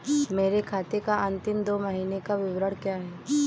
मेरे खाते का अंतिम दो महीने का विवरण क्या है?